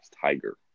Tiger